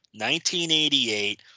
1988